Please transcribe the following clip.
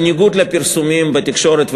בניגוד לפרסומים בתקשורת,